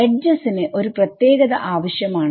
എഡ്ജസിനു ഒരു പ്രത്യേകത ആവശ്യമാണ്